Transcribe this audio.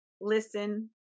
listen